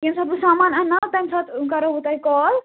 ییٚمہِ ساتہٕ بہٕ سامان انناو تَمہِ ساتہٕ کَرو بہٕ تۄہہِ کال